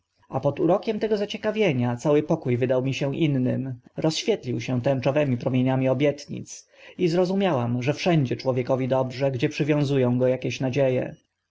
a pod urokiem tego zaciekawienia cały pokó wydał mi się innym rozświecił się tęczowymi promieniami obietnic i zrozumiałam że wszędzie człowiekowi dobrze gdzie przywiązu e go akaś nadzie